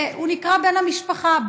והוא נקרע בין המשפחה.